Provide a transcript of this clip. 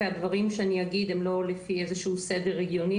הדברים שאני אגיד הם לא לפי איזשהו סדר הגיוני